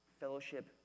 fellowship